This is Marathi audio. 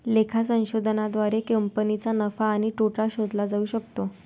लेखा संशोधनाद्वारे कंपनीचा नफा आणि तोटा शोधला जाऊ शकतो